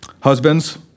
Husbands